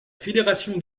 fédération